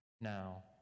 now